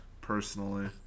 personally